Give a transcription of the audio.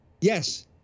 Yes